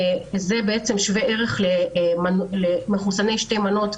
זה שווה ערך למחוסני שתי מנות,